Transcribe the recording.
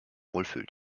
wohlfühlt